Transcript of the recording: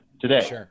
today